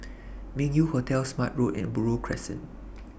Meng Yew Hotel Smart Road and Buroh Crescent